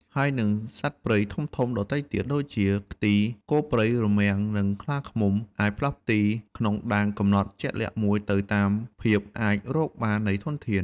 ហើយនិង សត្វព្រៃធំៗដទៃទៀត ដូចជា ខ្ទីង គោព្រៃ រមាំង និងខ្លាឃ្មុំ អាចផ្លាស់ទីក្នុងដែនកំណត់ជាក់លាក់មួយទៅតាមភាពអាចរកបាននៃធនធាន។